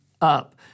up